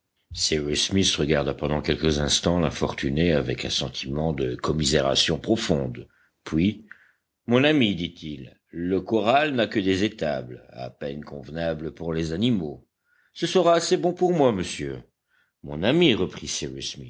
regarda pendant quelques instants l'infortuné avec un sentiment de commisération profonde puis mon ami dit-il le corral n'a que des étables à peine convenables pour les animaux ce sera assez bon pour moi monsieur mon ami reprit